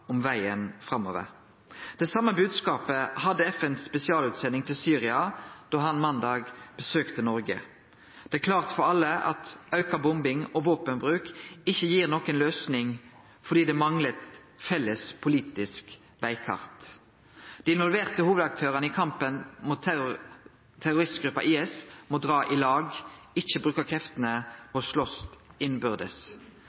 om vegen framover. Den same bodskapen hadde FNs spesialutsending til Syria da han måndag besøkte Noreg. Det er klart for alle at auka bombing og våpenbruk ikkje gir noka løysing, fordi det manglar eit felles politisk vegkart. Dei involverte hovudaktørane i kampen mot terroristgruppa IS må dra i lag, ikkje bruke kreftene